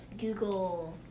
google